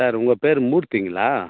sir உங்கள் பேர் மூர்த்திங்களா